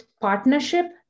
partnership